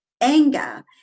anger